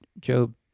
Job